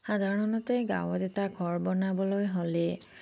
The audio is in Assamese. সাধাৰণতে গাঁৱত এটা ঘৰ বনাবলৈ হ'লে